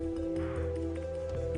הסרטון מזעזע אבל חשוב שנזכור במה אנחנו עוסקים,